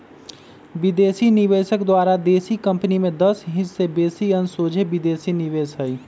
विदेशी निवेशक द्वारा देशी कंपनी में दस हिस् से बेशी अंश सोझे विदेशी निवेश हइ